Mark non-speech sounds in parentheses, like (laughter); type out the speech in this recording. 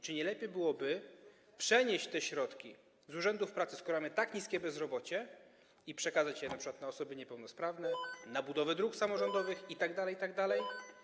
Czy nie lepiej byłoby przenieść te środki z urzędów pracy, skoro mamy tak niskie bezrobocie, i przekazać je np. na osoby niepełnosprawne, (noise) na budowę dróg samorządowych, itd.